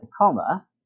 comma